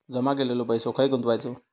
जमा केलेलो पैसो खय गुंतवायचो?